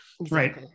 right